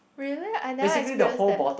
really I never experience that